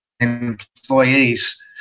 Employees